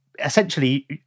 essentially